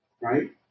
Right